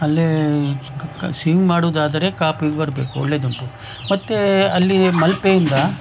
ಅಲ್ಲೇ ಕ ಸ್ವಿಮ್ ಮಾಡುವುದಾದ್ರೆ ಕಾಪಿಗೆ ಬರಬೇಕು ಒಳ್ಳೆಯದುಂಟು ಮತ್ತೇ ಅಲ್ಲಿ ಮಲ್ಪೆಯಿಂದ